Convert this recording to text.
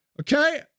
Okay